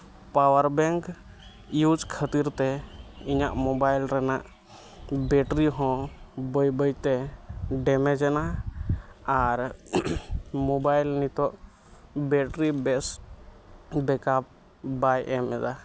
power bank use ᱠᱷᱟᱹᱛᱤᱨᱛᱮ ᱤᱧᱟᱹᱜ mobile ᱨᱮᱱᱟᱜ ᱵᱮᱴᱨᱤ ᱦᱚᱸ ᱵᱟᱹᱭ ᱵᱟᱹᱭᱛᱮ ᱰᱮᱢᱮᱡᱽ ᱮᱱᱟ ᱟᱨ ᱢᱳᱵᱟᱭᱤᱞ ᱱᱤᱛᱚᱜ ᱵᱮᱴᱨᱤ ᱵᱮᱥ ᱵᱮᱠᱟᱯ ᱵᱟᱭ ᱮᱢᱫᱟ